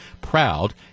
proud